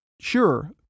sure